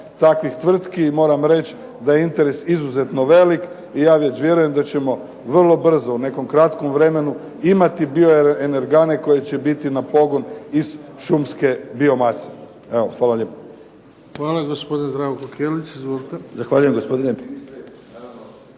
takvih tvrtki. I moram reći da je interes izuzetno velik i ja vjerujem da ćemo vrlo brzo, u nekom kratkom vremenu, imati bioenergane koje će biti na pogon iz šumske biomase. Evo, hvala lijepo. **Bebić, Luka (HDZ)** Hvala. Gospodin